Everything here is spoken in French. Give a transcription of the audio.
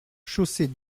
chaussée